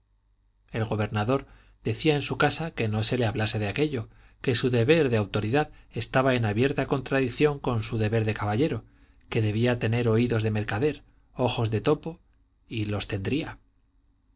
el gobernador decía en su casa que no se le hablase de aquello que su deber de autoridad estaba en abierta contradicción con su deber de caballero que debía tener oídos de mercader ojos de topo y los tendría